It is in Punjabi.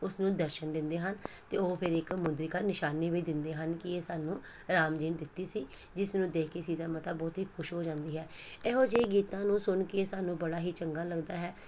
ਉਸਨੂੰ ਦਰਸ਼ਨ ਦਿੰਦੇ ਹਨ ਅਤੇ ਉਹ ਫਿਰ ਇੱਕ ਮੁੰਦਰੀ ਕਾ ਨਿਸ਼ਾਨੀ ਵੀ ਦਿੰਦੇ ਹਨ ਕਿ ਇਹ ਸਾਨੂੰ ਰਾਮ ਜੀ ਨੇ ਦਿੱਤੀ ਸੀ ਜਿਸ ਨੂੰ ਦੇਖ ਕੇ ਸੀਤਾ ਮਾਤਾ ਬਹੁਤ ਹੀ ਖੁਸ਼ ਹੋ ਜਾਂਦੀ ਹੈ ਇਹੋ ਜਿਹੇ ਗੀਤਾਂ ਨੂੰ ਸੁਣ ਕੇ ਸਾਨੂੰ ਬੜਾ ਹੀ ਚੰਗਾ ਲੱਗਦਾ ਹੈ